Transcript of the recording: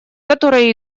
которые